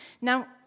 Now